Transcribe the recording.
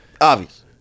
Obvious